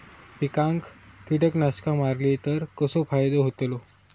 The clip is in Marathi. पिकांक कीटकनाशका मारली तर कसो फायदो होतलो?